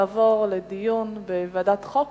תעבור לדיון בוועדת החוקה,